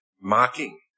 mocking